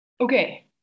Okay